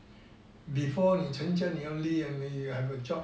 before 你成家你要立业 means have a job